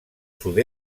sud